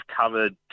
covered